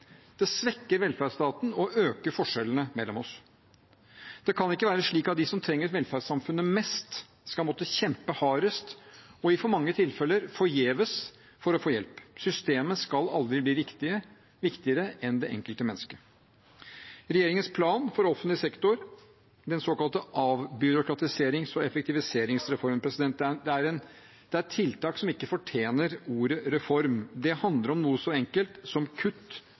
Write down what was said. Det svekker velferdsstaten og øker forskjellene mellom oss. Det kan ikke være slik at de som trenger velferdssamfunnet mest, skal måtte kjempe hardest – og i for mange tilfeller forgjeves – for å få hjelp. Systemet skal aldri bli viktigere enn det enkelte mennesket. Regjeringens plan for offentlig sektor, den såkalte avbyråkratiserings- og effektiviseringsreformen, eller ABE-reformen, er et tiltak som ikke fortjener ordet reform. Det handler om noe så enkelt som kutt